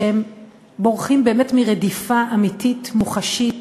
כשהם בורחים באמת מרדיפה אמיתית, מוחשית,